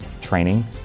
training